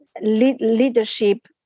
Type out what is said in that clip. leadership